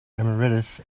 emeritus